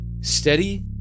Steady